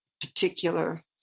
particular